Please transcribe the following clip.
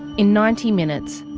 in ninety minutes,